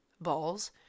balls